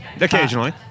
occasionally